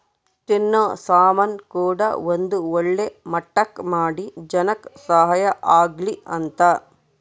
ತಿನ್ನೋ ಸಾಮನ್ ಕೂಡ ಒಂದ್ ಒಳ್ಳೆ ಮಟ್ಟಕ್ ಮಾಡಿ ಜನಕ್ ಸಹಾಯ ಆಗ್ಲಿ ಅಂತ